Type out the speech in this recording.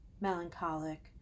melancholic